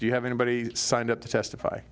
do you have anybody signed up to testify